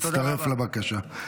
מצטרף לבקשה.